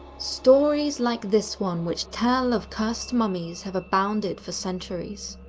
stories like this one which tell of cursed mummies have abounded for centuries.